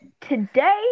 today